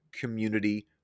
community